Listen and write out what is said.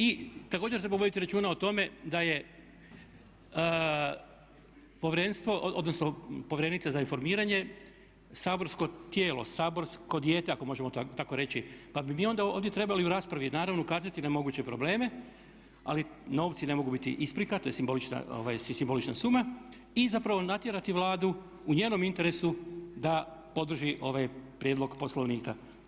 I također povedite računa o tome da je povjerenstvo, odnosno povjerenica za informiranje saborsko tijelo, saborsko dijete ako možemo tako reći pa bi mi onda ovdje trebali u raspravi naravno ukazati na moguće probleme ali novci ne mogu biti isprika to je simbolična suma i zapravo natjerati Vladu u njenom interesu da podrži ovaj prijedlog Poslovnika.